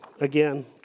again